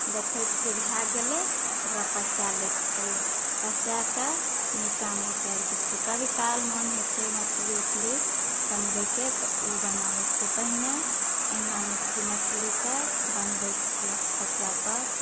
देखै छिऐ भए गेलै ओकरा पसाए लए छिऐ पसाए कऽ नीचाँमे उतारि दए छिऐ कभी काल मन होइ छै मछरी उछरी बनबैके तऽ ओ बनाबै छिऐ पहिने लानै छिऐ मछरी कऽ बनबै छिऐ हँसुआ पर